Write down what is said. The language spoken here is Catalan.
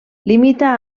limita